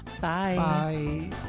Bye